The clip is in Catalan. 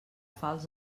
falç